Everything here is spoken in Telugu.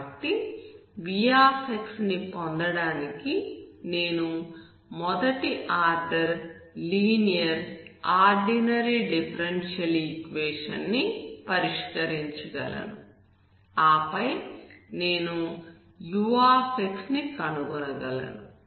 కాబట్టి v ని పొందడానికి నేను మొదటి order linear ordinary differential equation ని పరిష్కరించగలను ఆపై నేను u ని కనుగొనగలను